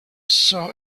saw